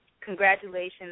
congratulations